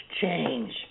change